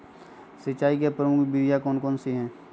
सिंचाई की प्रमुख विधियां कौन कौन सी है?